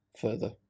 further